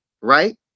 right